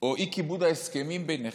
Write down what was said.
או אי-כיבוד ההסכמים ביניכם,